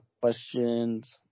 Questions